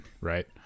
right